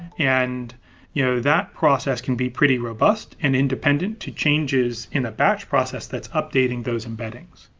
and you know that process can be pretty robust and independent to changes in a batch process that's updating those embedding.